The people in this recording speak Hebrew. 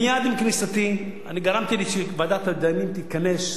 מייד עם כניסתי גרמתי שוועדת הדיינים תתכנס,